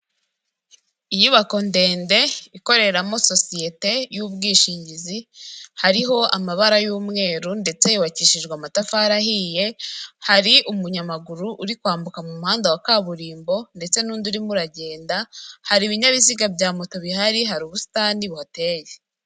Inyubako ndende ikoreramo sosiyete y'ubwishingizi, hariho amabara y'umweru ndetse yubakishijwe amatafari ahiye, hari umunyamaguru uri kwambuka mu umuhanda wa kaburimbo ndetse n'undi urimo uragenda ,hari ibinyabiziga bya moto bihari hari ubusitani buhateye.